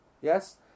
Yes